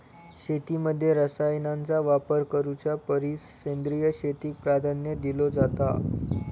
शेतीमध्ये रसायनांचा वापर करुच्या परिस सेंद्रिय शेतीक प्राधान्य दिलो जाता